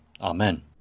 Amen